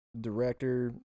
director